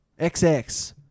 XX